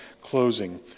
closing